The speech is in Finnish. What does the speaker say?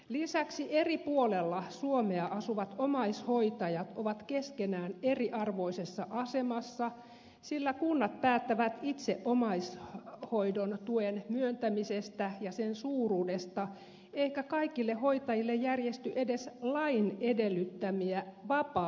lisäksi eri puolilla suomea asuvat omaishoitajat ovat keskenään eriarvoisessa asemassa sillä kunnat päättävät itse omaishoidon tuen myöntämisestä ja sen suuruudesta eikä kaikille hoitajille järjesty edes lain edellyttämiä vapaapäiviä